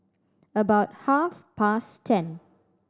about half past ten